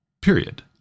period